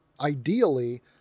ideally